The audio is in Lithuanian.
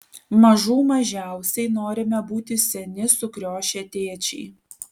mažų mažiausiai norime būti seni sukriošę tėčiai